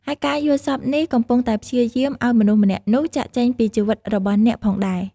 ហើយការយល់សបិ្តនេះកំពុងតែព្យាយាម ឲ្យមនុស្សម្នាក់នោះ ចាកចេញពីជីវិតរបស់អ្នកផងដែរ។